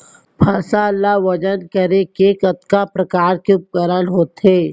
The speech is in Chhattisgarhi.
फसल ला वजन करे के कतका प्रकार के उपकरण होथे?